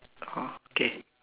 oh K